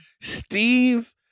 Steve